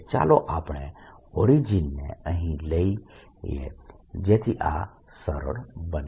ચાલો આપણે ઓરિજીન ને અહીં લઈએ જેથી આ સરળ બને